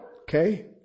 Okay